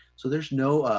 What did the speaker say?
so there's no